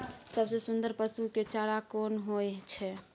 सबसे सुन्दर पसु के चारा कोन होय छै?